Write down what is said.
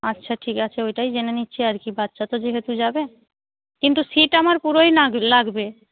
আচ্ছা ঠিক আছে ওইটাই জেনে নিচ্ছি আর কি বাচ্চা তো যেহেতু যাবে কিন্তু সিট আমার পুরোই লাগবে